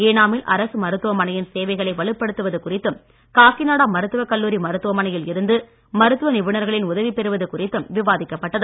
ஏனாமில் அரசு மருத்துவமனையின் சேவைகளை வலுப்படுத்துவது குறித்தும் காக்கிநாடா மருத்துவக் கல்லூரி மருத்துவமனையில் இருந்து மருத்துவ நிபுணர்களின் உதவி பெறுவது குறித்தும் விவாதிக்கப்பட்டது